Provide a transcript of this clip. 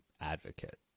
advocate